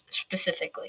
specifically